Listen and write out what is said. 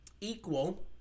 equal